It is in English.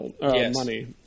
money